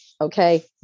okay